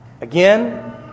again